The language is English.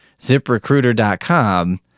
Ziprecruiter.com